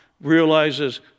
realizes